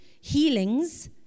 healings